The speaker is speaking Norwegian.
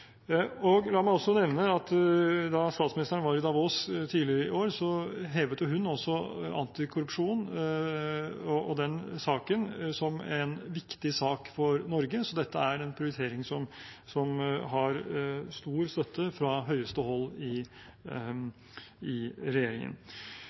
La meg også nevne at da statsministeren var i Davos tidligere i år, hevet hun også antikorrupsjon og den saken som en viktig sak for Norge, så dette er en prioritering som har stor støtte fra høyeste hold i